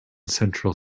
central